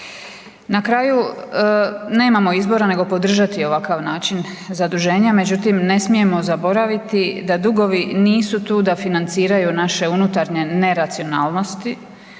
Na kraju nemamo izbora nego podržati ovakav način zaduženja. Međutim, ne smijemo zaboraviti da dugovi nisu tu da financiraju naše unutarnje ne racionalnosti